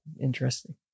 interesting